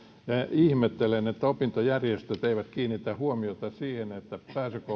ihmettelen että opintojärjestöt eivät kiinnitä huomiota siihen että